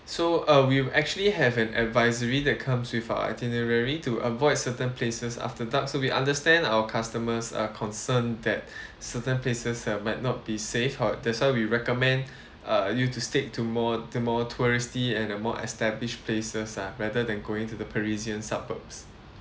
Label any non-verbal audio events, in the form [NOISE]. so uh we actually have an advisory that comes with our itinerary to avoid certain places after dark so we understand our customers are concerned that [BREATH] certain places that might not be safe how~ that's why we recommend [BREATH] uh you to stick to more the more touristy and a more established places ah rather than going to the parisian suburbs